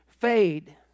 fade